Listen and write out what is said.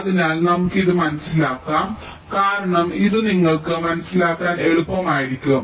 അതിനാൽ നമുക്ക് ഇത് മനസിലാക്കാം കാരണം ഇത് നിങ്ങൾക്ക് മനസ്സിലാക്കാൻ എളുപ്പമായിരിക്കും